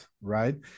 right